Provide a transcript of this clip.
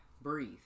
breathe